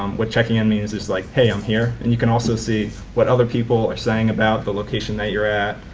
um what checking in means is like hey i'm here and you can also see what other people are saying about the location that your at.